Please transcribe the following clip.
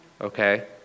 okay